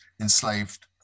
enslaved